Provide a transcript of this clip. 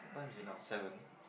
what time is it now seven